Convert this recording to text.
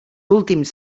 últims